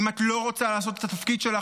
אם את לא רוצה לעשות את התפקיד שלך,